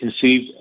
conceived